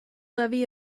levy